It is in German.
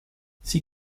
sie